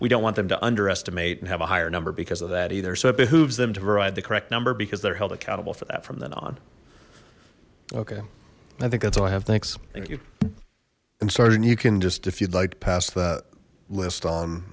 we don't want them to underestimate and have a higher number because of that either so it behooves them to provide the correct number because they're held accountable for that from then on okay i think that's all i have thanks and you i'm sorry and you can just if you'd like to pass that list on